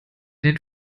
den